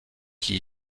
qui